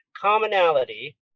commonality